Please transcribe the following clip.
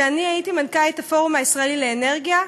כשאני הייתי מנכ"לית הפורום הישראלי לאנרגיה,